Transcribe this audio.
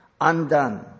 undone